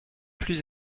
plus